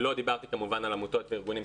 לא דיברתי כמובן על עמותות וארגונים,